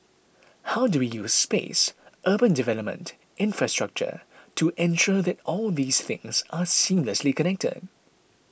how do we use space urban development infrastructure to ensure that all these things are seamlessly connected